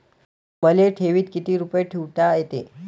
मले ठेवीत किती रुपये ठुता येते?